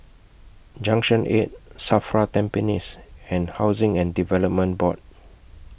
Junction eight SAFRA Tampines and Housing and Development Board